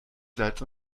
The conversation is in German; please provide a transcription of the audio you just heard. salz